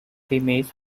image